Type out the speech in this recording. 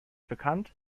bekannt